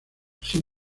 sin